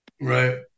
Right